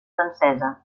francesa